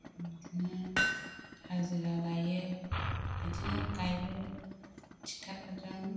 बिदिनो हाजिरा लायो बिदिनो गायो ट्रेक्टरफोरजों